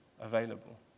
available